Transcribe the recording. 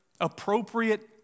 appropriate